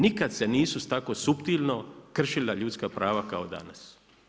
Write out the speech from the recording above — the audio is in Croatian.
Nikad se nisu tako suptilno kršila ljudska prava kao danas.